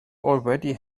already